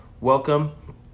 Welcome